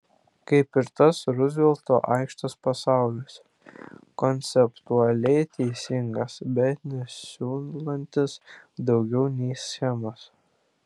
kaip ir tas ruzvelto aikštės pasaulis konceptualiai teisingas bet nesiūlantis daugiau nei schemos